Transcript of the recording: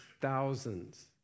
thousands